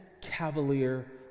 cavalier